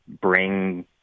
bring